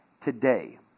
today